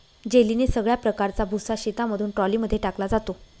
जेलीने सगळ्या प्रकारचा भुसा शेतामधून ट्रॉली मध्ये टाकला जातो